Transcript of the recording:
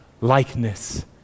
likeness